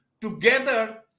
together